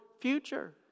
future